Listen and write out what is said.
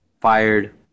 fired